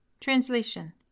translation